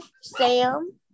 Sam